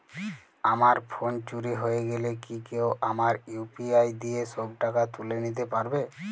আমার ফোন চুরি হয়ে গেলে কি কেউ আমার ইউ.পি.আই দিয়ে সব টাকা তুলে নিতে পারবে?